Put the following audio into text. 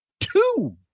two